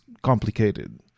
Complicated